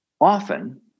often